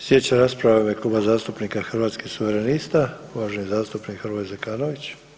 Slijedeća rasprava u ime Kluba zastupnika Hrvatskih suverenista, uvaženi zastupnik Hrvoje Zekanović.